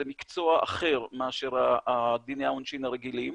זה מקצוע אחר מאשר דיני העונשין הרגילים.